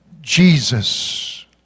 Jesus